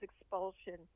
expulsion